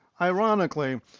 Ironically